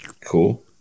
cool